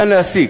אפשר להסיק